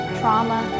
trauma